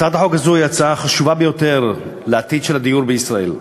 הצעת החוק הזו היא הצעה חשובה ביותר לעתיד הדיור בישראל.